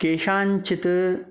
केषाञ्चित्